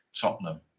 Tottenham